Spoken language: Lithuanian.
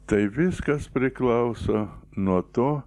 tai viskas priklauso nuo to